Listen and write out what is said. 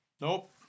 Nope